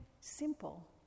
simple